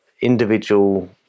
individual